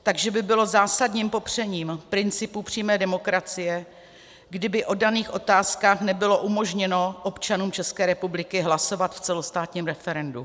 Takže by bylo zásadním popřením principů přímé demokracie, kdyby o daných otázkách nebylo umožněno občanům České republiky hlasovat v celostátním referendu.